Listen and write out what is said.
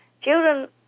children